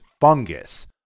fungus